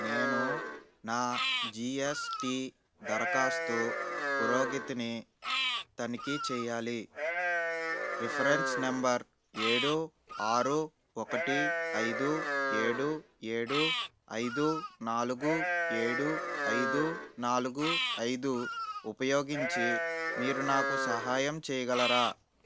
నేను నా G S T దరఖాస్తు పురోగితిని తనిఖీ చెయ్యాలి రిఫరెన్స్ నెంబర్ ఏడు ఆరు ఒకటి ఐదు ఏడు ఏడు ఐదు నాలుగు ఏడు ఐదు నాలుగు ఐదు ఉపయోగించి మీరు నాకు సహాయం చేయగలరా